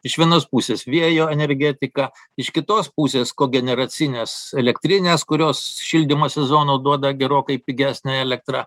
iš vienos pusės vėjo energetiką iš kitos pusės kogeneracinės elektrinės kurios šildymo sezonu duoda gerokai pigesnę elektrą